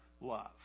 love